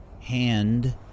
hand